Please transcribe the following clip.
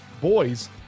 boys